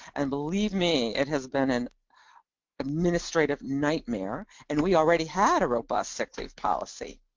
and believe me, it has been an administrative nightmare, and we already had a robust sick leave policy.